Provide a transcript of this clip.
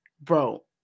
bro